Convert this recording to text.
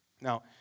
Now